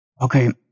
Okay